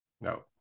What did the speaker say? no